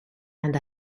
and